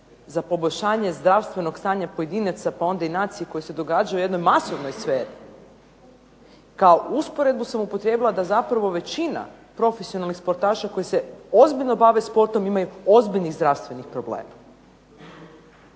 za poboljšanje zdravstvenog stanja pojedinaca pa onda i nacije koje se događaju u jednoj masovnoj sferi, kao usporedbu sam upotrijebila da zapravo većina profesionalnih sportaša koji se ozbiljno bave sportom imaju ozbiljni zdravstveni problem